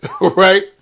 right